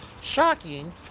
shocking